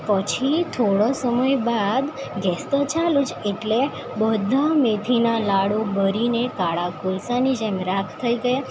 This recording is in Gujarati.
પછી થોડો સમય બાદ ગેસ તો ચાલુ જ એટલે બધા મેથીના લાડુ બળીને કાળા કોલસાની જેમ રાખ થઈ ગયાં